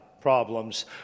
problems